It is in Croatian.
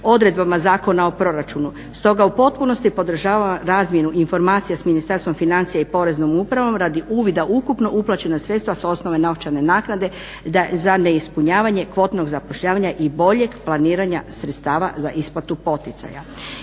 odredbama Zakona o proračunu. Stoga u potpunosti podržavam razmjenu informacija s Ministarstvom financija i Poreznom upravom radi uvida ukupno uplaćena sredstva s osnove novčane naknade za neispunjavanje kvotnog zapošljavanja i boljeg planiranja sredstava za isplatu poticaja.